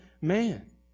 man